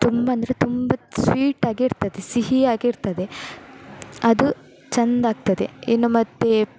ತುಂಬ ಅಂದರೆ ತುಂಬ ಸ್ವೀಟಾಗಿರ್ತದೆ ಸಿಹಿಯಾಗಿರ್ತದೆ ಅದು ಚೆಂದಾಗ್ತದೆ ಇನ್ನು ಮತ್ತೆ